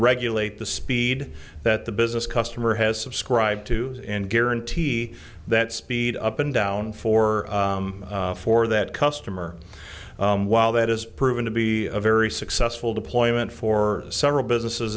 regulate the speed that the business customer has subscribed to and guarantee that speed up and down for for that customer while that has proven to be a very successful deployment for several businesses